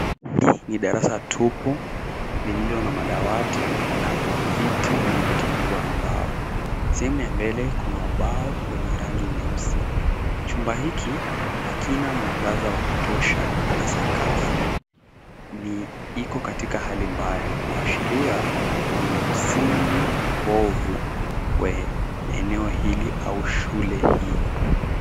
Ni darasa tupu lilo na madawati na viti vilivyotengenezwa na mbao. Sehemu ya mbele kuna ubao wenye rangi nyeusi. Chumba hiki hakina mwangaza wa kutosha na sakafu iko katika hali mbaya kuashiria miundo msingi mbovu wa eneo hili au shule hii.